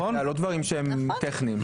זה לא דברים שהם טכניים.